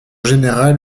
général